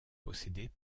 possédée